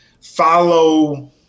follow